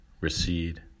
recede